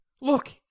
Look